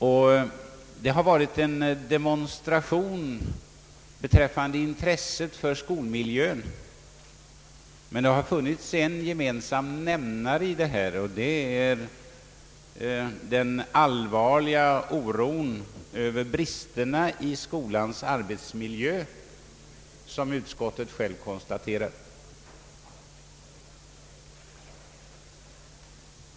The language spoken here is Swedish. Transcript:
Dessa har inneburit en demonstration av intresset för skolmiljön; men det har här också funnits en gemensam nämnare, nämligen den allvarliga oron över bristerna i skolans arbetsmiljö, som utskottet självt konstaterar.